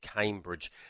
Cambridge